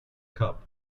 cup